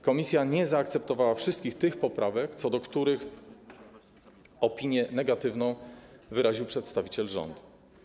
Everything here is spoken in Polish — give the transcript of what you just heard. Komisja nie zaakceptowała wszystkich tych poprawek, co do których opinię negatywną wyraził przedstawiciel rządu.